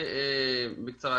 הממשלה.